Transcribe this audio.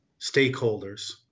stakeholders